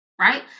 Right